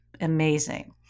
Amazing